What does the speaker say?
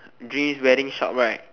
dre's wedding shop right